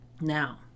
Now